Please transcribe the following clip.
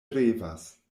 revas